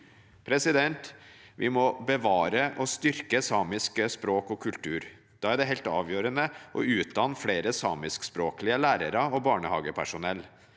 fora. Vi må bevare og styrke samisk språk og kultur. Da er det helt avgjørende å utdanne flere samiskspråklige lærere og barnehagepersonell.